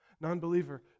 non-believer